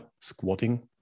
squatting